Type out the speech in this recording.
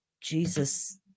Jesus